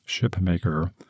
shipmaker